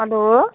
hello